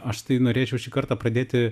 aš tai norėčiau šį kartą pradėti